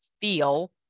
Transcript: feel